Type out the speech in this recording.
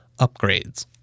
upgrades